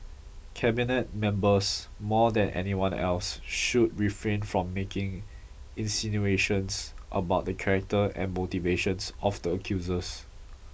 Cabinet members more than anyone else should refrain from making insinuations about the character and motivations of the accusers